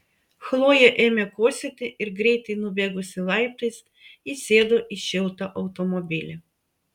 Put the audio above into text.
chlojė ėmė kosėti ir greitai nubėgusi laiptais įsėdo į šiltą automobilį